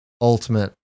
ultimate